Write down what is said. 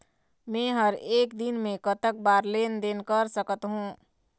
मे हर एक दिन मे कतक बार लेन देन कर सकत हों?